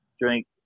drink